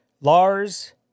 Lars